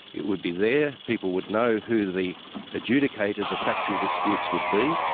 it would be there, people would know who the adjudicators of factual disputes would be,